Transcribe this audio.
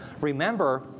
Remember